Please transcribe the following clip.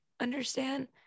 understand